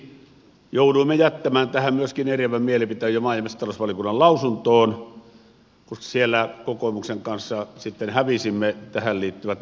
siksi jouduimme jättämään tähän myöskin eriävän mielipiteen jo maa ja metsätalousvaliokunnan lausuntoon koska siellä kokoomuksen kanssa sitten hävisimme tähän liittyvät näkökohdat